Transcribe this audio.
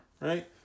right